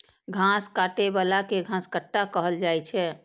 घास काटै बला कें घसकट्टा कहल जाइ छै